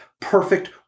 perfect